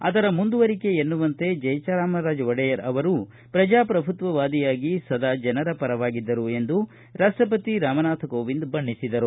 ಅದರ ಮುಂದುವರಿಕೆ ಎನ್ನುವಂತೆ ಜಯಜಾಮರಾಜ ಒಡೆಯರ್ ಅವರೂ ಪ್ರಜಾಪ್ರಭುತ್ವವಾದಿಯಾಗಿ ಸದಾ ಜನರ ಪರವಾಗಿದ್ದರು ಎಂದು ರಾಷ್ಷಪತಿ ರಾಮನಾಥ ಕೋವಿಂದ್ ಬಣ್ಣೆಸಿದರು